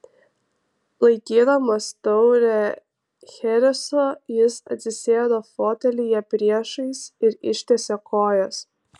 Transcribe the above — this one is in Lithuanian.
laikydamas taurę chereso jis atsisėdo fotelyje priešais ir ištiesė kojas